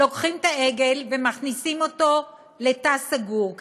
לוקחים את העגל ומכניסים אותו לתא סגור.